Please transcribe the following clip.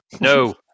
No